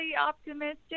optimistic